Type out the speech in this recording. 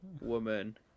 woman